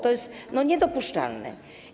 To jest niedopuszczalne.